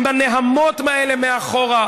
עם הנהמות האלה מאחור.